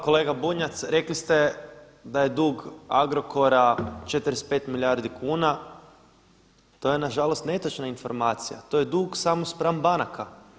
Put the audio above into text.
Kolega Bunjac, rekli ste da je dug Agrokora 45 milijardi kuna, to je nažalost netočna informacija, to je dug samo spram banaka.